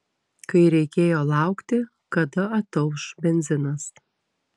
kai reikėjo laukti kada atauš benzinas